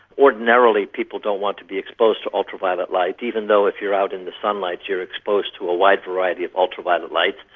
ordinarily people don't want to be exposed to ultraviolet light, even though if you're out in the sunlight you're exposed to a wide variety of ultraviolet light,